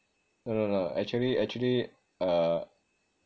no no no actually actually uh